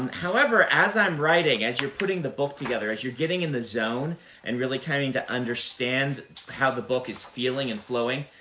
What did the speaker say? however, as i'm writing, as you're putting the book together, as you're getting in the zone and really coming to understand how the book is feeling and flowing,